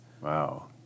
Wow